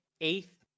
eighth